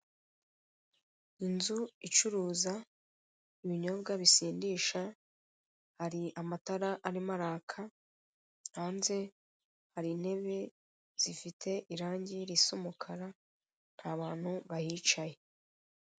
Inzu icuruza ibinyobwa bisindisha, hari amatara arimo araka, hanze hari intebe zifite irangi risa umukara nta bantu bahicaye.